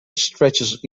stretches